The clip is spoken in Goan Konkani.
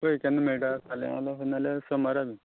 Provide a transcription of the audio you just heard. पळय केन्ना मेळटा फाल्यां जाल्यार फाल्यां नाल्यार सोमारा बी